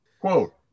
Quote